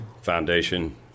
Foundation